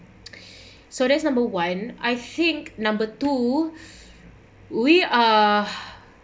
so that's number one I think number two we are